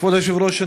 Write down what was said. כבוד היושב-ראש,